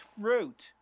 fruit